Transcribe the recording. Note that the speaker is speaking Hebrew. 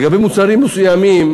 לגבי מוצרים מסוימים,